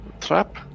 Trap